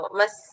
mas